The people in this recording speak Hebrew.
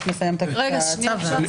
הקבוע.